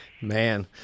man